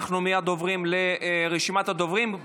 אנחנו עוברים לרשימת הדוברים.